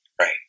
Right